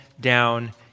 down